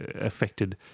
affected